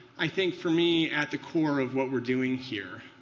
i think for me, at the core of what we're doing here.